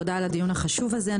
תודה על הדיון החשוב הזה.